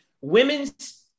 Women's